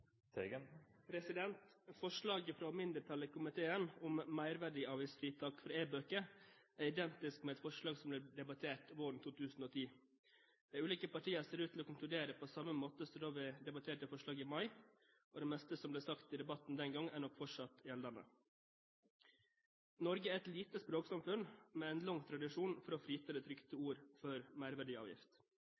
vedtatt. Forslaget fra mindretallet i komiteen om merverdiavgiftsfritak for e-bøker er identisk med et forslag som ble debattert våren 2010. De ulike partiene ser ut til å konkludere på samme måte som da vi debatterte forslaget i mai. Det meste som ble sagt i debatten den gang, er nok fortsatt gjeldende. Norge er et lite språksamfunn med en lang tradisjon for å frita det trykte ord for merverdiavgift.